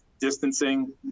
distancing